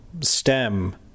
STEM